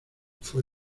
fue